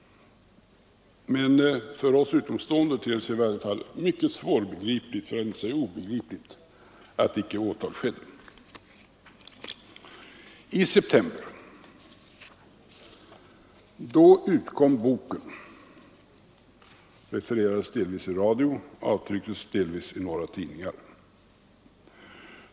Men för oss utomstående ter det sig mycket svårbegripligt, för att inte säga obegripligt, att åtal inte väcktes. I september utkom boken; den refererades delvis i radio och avtrycktes delvis i tidningar.